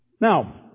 Now